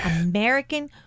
american